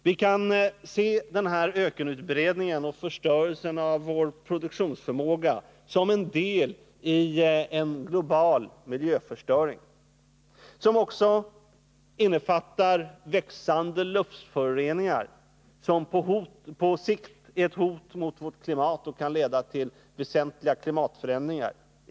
Vi kan se ökenutbredningen och förstörelsen av vår produktionsförmåga som en del av en global miljöförstöring, som också innefattar växande luftföroreningar, som på sikt är ett hot mot vårt klimat och kan leda till väsentliga klimatförändringar.